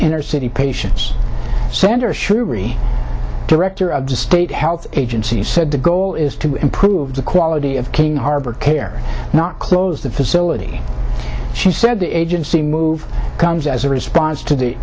inner city patients sanders shruti director of the state health agency said the goal is to improve the quality of king harbor care not close the facility she said the agency move comes as a response to the